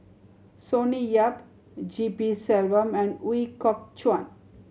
Sonny Yap G P Selvam and Ooi Kok Chuen